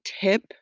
tip